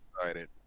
excited